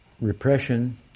repression